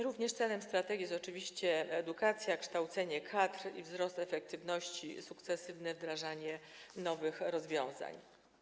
Oczywiście celem strategii jest również edukacja, kształcenie kadr i wzrost efektywności, sukcesywne wdrażanie nowych rozwiązań.